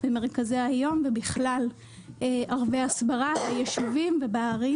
במרכזי היום ובכלל ערבי הסברה בישובים ובערים.